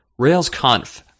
RailsConf